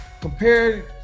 compared